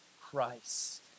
Christ